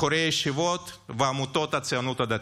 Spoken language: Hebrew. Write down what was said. בחורי ישיבות ועמותות הציונות הדתית.